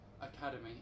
academy